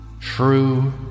True